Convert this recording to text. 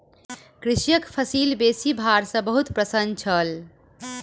कृषक फसिल बेसी भार सॅ बहुत प्रसन्न छल